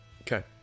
okay